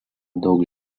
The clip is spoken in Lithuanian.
daug